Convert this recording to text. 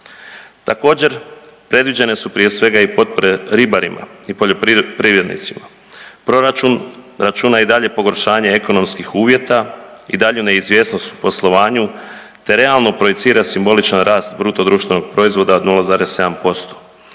Također predviđene su prije svega i potpore ribarima i poljoprivrednicima. Proračun računa i dalje pogoršanje ekonomskih uvjeta i daljnju neizvjesnost u poslovanju, te realno projicira simboličan rast BDP-a od 0,7%.